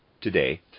Today